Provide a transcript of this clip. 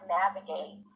navigate